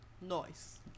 Noise